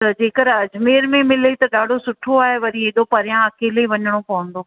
त जेकर अजमेर में मिले त ॾाढो सुठो आहे वरी हेॾो परियां अकेले वञिणो पवंदो